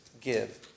give